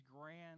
grand